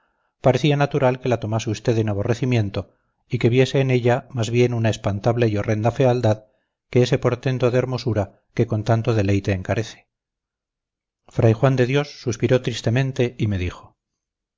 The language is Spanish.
parecía natural que la tomase usted en aborrecimiento y que viese en ella más bien una espantable y horrenda fealdad que ese portento de hermosura que con tanto deleite encarece fray juan de dios suspiró tristemente y me dijo